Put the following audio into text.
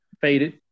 Faded